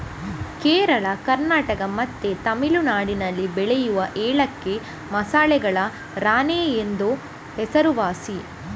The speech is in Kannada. ಕೇರಳ, ಕರ್ನಾಟಕ ಮತ್ತೆ ತಮಿಳುನಾಡಿನಲ್ಲಿ ಬೆಳೆಯುವ ಏಲಕ್ಕಿ ಮಸಾಲೆಗಳ ರಾಣಿ ಎಂದೇ ಹೆಸರುವಾಸಿ